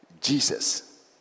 Jesus